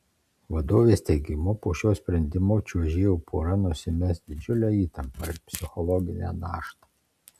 vadovės teigimu po šio sprendimo čiuožėjų pora nusimes didžiulę įtampą ir psichologinę naštą